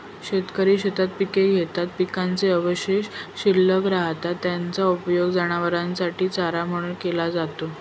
शेतकरी शेतात पिके घेतात, पिकाचे अवशेष शिल्लक राहतात, त्याचा उपयोग जनावरांसाठी चारा म्हणून केला जातो